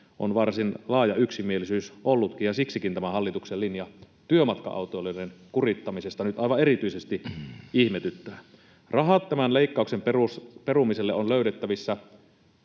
on varsin laaja yksimielisyys ollutkin. Siksikin tämä hallituksen linja työmatka-autoilijoiden kurittamisesta nyt aivan erityisesti ihmetyttää. Rahat tämän leikkauksen perumiselle on löydettävissä